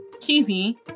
cheesy